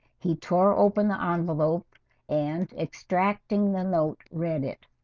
he tore open the um envelope and extracting the note read it